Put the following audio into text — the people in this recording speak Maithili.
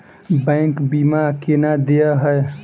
बैंक बीमा केना देय है?